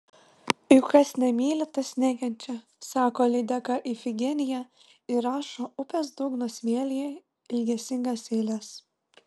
juk kas nemyli tas nekenčia sako lydeka ifigenija ir rašo upės dugno smėlyje ilgesingas eiles